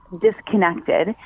disconnected